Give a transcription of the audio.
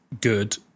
good